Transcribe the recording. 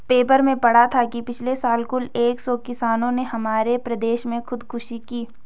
paper में पढ़ा था कि पिछले साल कुल एक सौ किसानों ने हमारे प्रदेश में खुदकुशी की